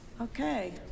Okay